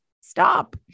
stop